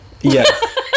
Yes